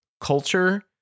culture